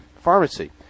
Pharmacy